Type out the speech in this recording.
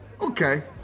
Okay